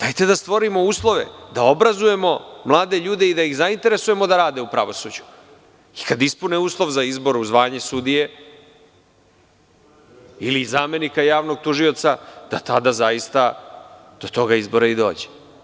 Dajte da stvorimo uslove, da obrazujemo mlade ljude, da ih zainteresujemo da rade u pravosuđu i kad ispune uslov za izbor u zvanje sudije ili zamenika javnog tužioca, da tada zaista do toga izbora i dođe.